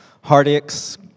heartaches